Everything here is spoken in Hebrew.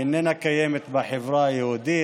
היא איננה קיימת בחברה היהודית.